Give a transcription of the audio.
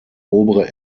obere